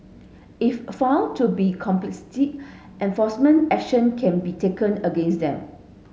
if found to be complicit enforcement action can be taken against them